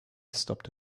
stopped